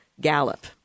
Gallup